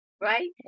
Right